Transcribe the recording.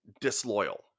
disloyal